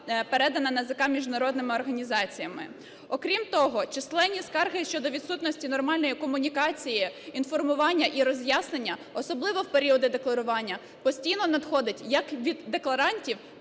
передана НАЗК міжнародними організаціями. Окрім того, численні скарги щодо відсутності нормальної комунікації, інформування і роз'яснення, особливо в періоди декларування, постійно надходить як від декларантів,